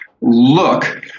look